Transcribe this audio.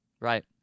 Right